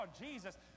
Jesus